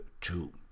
two